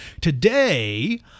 today